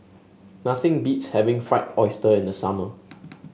nothing beats having Fried Oyster in the summer